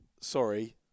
sorry